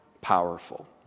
powerful